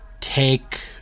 take